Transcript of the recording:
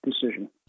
decision